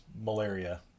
malaria